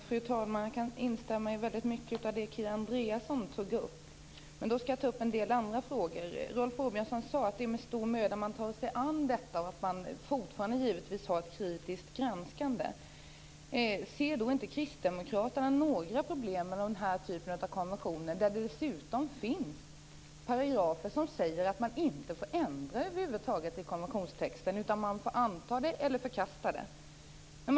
Fru talman! Jag kan instämma i väldigt mycket av det som Kia Andreasson tog upp. Själv skall jag ta upp en del andra frågor. Rolf Åbjörnsson sade att det är med stor möda som man tar sig an detta och att man fortfarande givetvis kritiskt granskar. Ser då inte Kristdemokraterna några problem med den här typen av konventioner, där det dessutom finns paragrafer som säger att man över huvud taget inte får ändra i konventionstexten utan att man får anta den eller förkasta den?